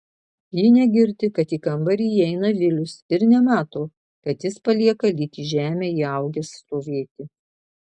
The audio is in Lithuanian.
ji negirdi kad į kambarį įeina vilius ir nemato kad jis palieka lyg į žemę įaugęs stovėti